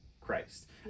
Christ